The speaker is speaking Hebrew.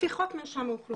לפי חוק מרשם האוכלוסין,